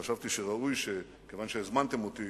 חשבתי שראוי, כיוון שהזמנתם אותי